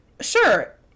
sure